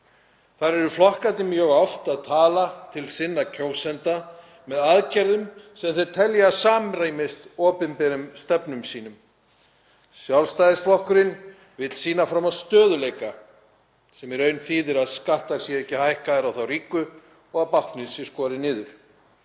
Þar eru flokkarnir mjög oft að tala til sinna kjósenda með aðgerðum sem þeir telja að samrýmist opinberum stefnum sínum. Sjálfstæðisflokkurinn vill sýna fram á stöðugleika sem í raun þýðir að skattar séu ekki hækkaðir á þá ríku og að báknið sé skorið niður.